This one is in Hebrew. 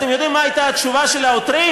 אתם יודעים מה הייתה התשובה של העותרים?